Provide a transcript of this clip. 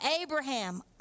Abraham